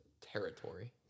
territory